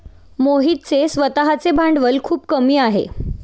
मोहितचे स्वतःचे भांडवल खूप कमी आहे